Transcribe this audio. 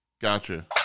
Gotcha